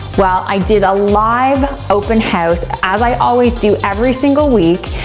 well, i did a live open house, as i always do every single week,